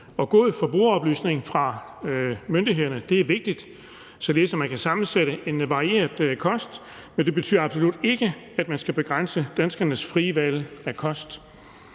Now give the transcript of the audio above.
god forbrugeroplysning fra myndighederne er vigtigt, således at man kan sammensætte en varieret kost, men det betyder absolut ikke, at man skal begrænse danskernes frie valg af kost.